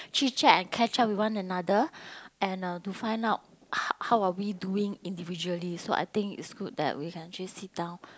chit chat and catch up with one another and uh to find out how how are we doing individually so I think it's good that we can just sit down